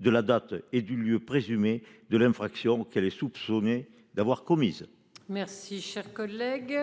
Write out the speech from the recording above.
de la date et du lieu présumé de l'infraction qu'elle est soupçonnée d'avoir commises. Merci cher collègue.